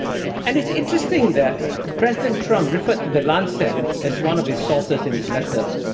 and it's interesting that president trump referred to the lancet as one of his sources in his letter.